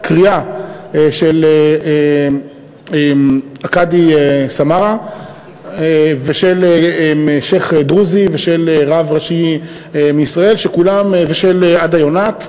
קריאה של הקאדי סמארה ושל שיח' דרוזי ושל רב ראשי מישראל ושל עדה יונת.